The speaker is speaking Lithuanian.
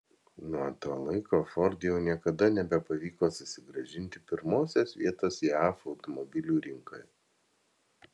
nuo to laiko ford jau niekada nebepavyko susigrąžinti pirmosios vietos jav automobilių rinkoje